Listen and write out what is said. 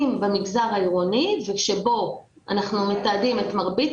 אם במגזר העירוני בו אנחנו מתעדים את מרבית